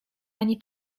ani